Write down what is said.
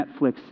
Netflix